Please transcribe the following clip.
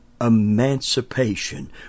emancipation